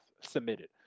submitted